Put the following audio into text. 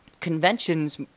Conventions